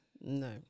No